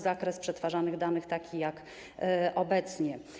Zakres przetwarzanych danych - taki jak obecnie.